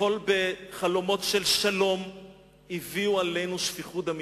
שבחלומות של שלום כביכול הביאו עלינו שפיכות דמים.